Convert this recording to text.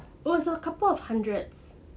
it was a couple of hundred